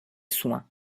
soin